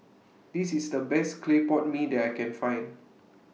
This IS The Best Clay Pot Mee that I Can Find